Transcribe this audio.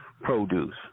produce